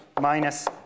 minus